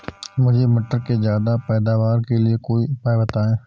मुझे मटर के ज्यादा पैदावार के लिए कोई उपाय बताए?